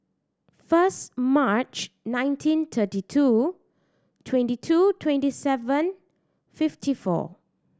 first March nineteen thirty two twenty two twenty seven fifty four